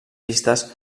vistes